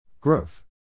Growth